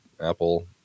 Apple